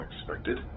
unexpected